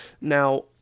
Now